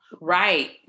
Right